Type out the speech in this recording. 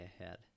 ahead